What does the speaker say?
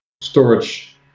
storage